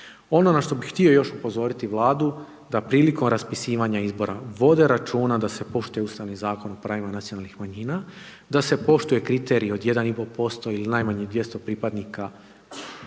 Ono na što bih još htio upozoriti Vladu da prilikom raspisivanja izbora vode računa da se poštuje Ustavni zakon o pravima nacionalnih manjina, da se poštuje kriterij od 1,5% ili najmanje 200 pripadnika